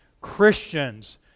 christians